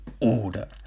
order